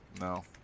No